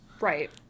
Right